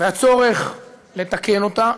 והצורך לתקן אותה.